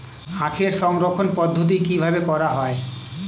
আখের সংরক্ষণ পদ্ধতি কিভাবে করা হয়?